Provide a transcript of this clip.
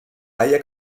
haya